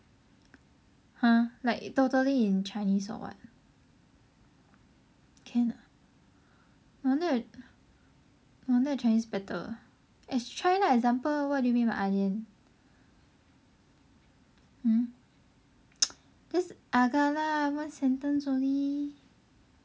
!huh! like totally in chinese or what can ah no wonder no wonder your chinese better eh try lah example what do you mean by ah lian hmm just agak lah one sentence only